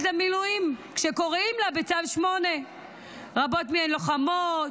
למילואים כשקוראים לה בצו 8. רבות מהן לוחמות,